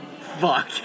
Fuck